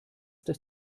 dass